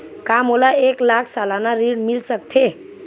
का मोला एक लाख सालाना ऋण मिल सकथे?